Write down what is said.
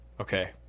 okay